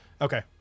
Okay